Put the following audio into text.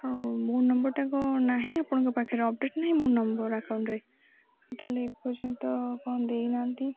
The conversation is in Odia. ହଉ ମୋ ନମ୍ବରଟା କ'ଣ ନାହିଁ ଆପଣଙ୍କ ପାଖରେ ଅପଡ଼େଟ୍ ନାହିଁ ମୋ ନମ୍ବର ଆକାଉଣ୍ଟରେ ଆଉ ତା'ହେଲେ ଏପର୍ଯ୍ୟନ୍ତ କ'ଣ ଦେଇନାହାନ୍ତି